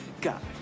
God